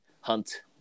Hunt